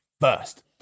first